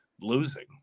losing